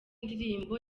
ndirimbo